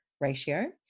ratio